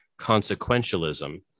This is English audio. consequentialism